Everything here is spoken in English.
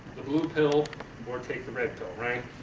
blue pill or take the red pill,